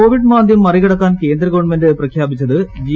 Covid മാന്ദ്യം മറിക്കടക്കാൻ കേന്ദ്ര ഗവൺമെന്റ് പ്രഖ്യാപിച്ചത് ജി